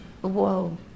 Whoa